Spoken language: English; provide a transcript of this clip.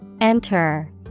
Enter